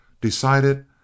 decided